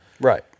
right